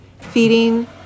feeding